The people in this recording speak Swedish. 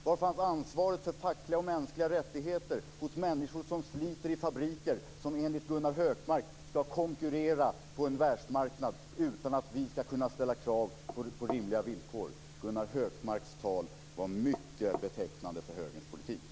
Var fanns ansvaret för fackliga och mänskliga rättigheter för människor som sliter i fabriker som enligt Gunnar Hökmark ska konkurrera på en världsmarknad utan att vi ska kunna ställa krav på rimliga villkor? Gunnar Hökmarks tal var mycket betecknande för Högerns politik.